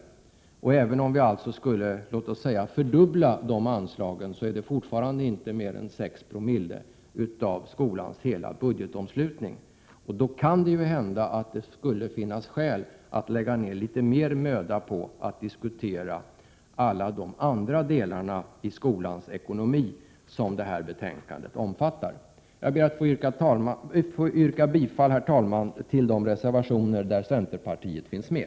Skulle vi låt oss säga fördubbla anslaget till de fristående skolorna, handlar det fortfarande inte om mer än 6 Xo av skolans hela budgetomslutning. Det skulle möjligen finnas skäl att lägga ner litet mer möda på att diskutera alla de andra delar av skolans ekonomi som detta betänkande handlar om. Herr talman! Jag ber att få yrka bifall till de reservationer där centerpartiet finns med.